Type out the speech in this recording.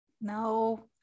no